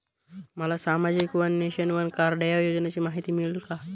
मला सामाजिक one nation, one card या योजनेची माहिती मिळेल का?